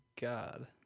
God